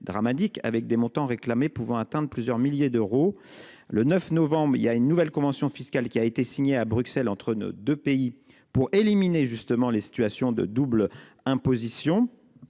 dramatiques avec des montants réclamés pouvant atteindre plusieurs milliers d'euros. Le 9 novembre. Il y a une nouvelle convention fiscale qui a été signé à Bruxelles entre nos deux pays, pour éliminer justement les situations de double imposition.